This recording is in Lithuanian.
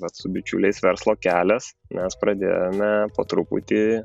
vat su bičiuliais verslo kelias mes pradėjome po truputį